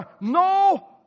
no